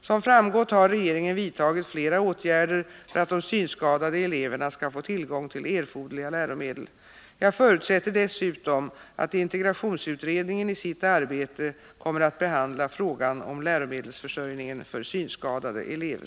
Som framgått har regeringen vidtagit flera åtgärder för att de synskadade eleverna skall få tillgång till erforderliga läromedel. Jag förutsätter dessutom att integrationsutredningen i sitt arbete kommer att behandla frågan om läromedelsförsörjningen för synskadade elever.